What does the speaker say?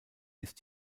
ist